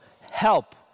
help